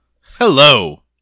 Hello